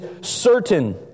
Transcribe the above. certain